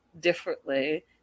differently